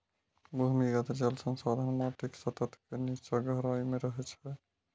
भूमिगत जल संसाधन माटिक सतह के निच्चा गहराइ मे रहै छै